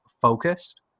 focused